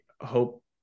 hope